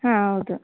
ಹಾಂ ಹೌದು